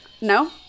No